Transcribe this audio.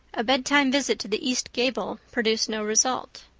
a bedtime visit to the east gable produced no result.